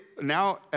now